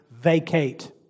vacate